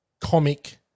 comic